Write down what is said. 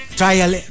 trial